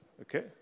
okay